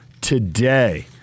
today